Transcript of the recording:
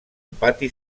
pati